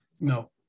no